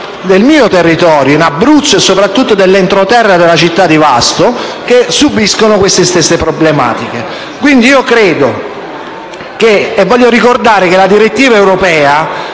nel mio territorio, in Abruzzo, soprattutto nell'entroterra della città di Vasto, che subisce queste stesse problematiche. Voglio ricordare che la direttiva europea